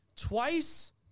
Twice